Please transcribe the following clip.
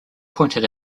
pointed